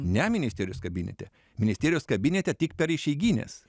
ne ministerijos kabinete ministerijos kabinete tik per išeigines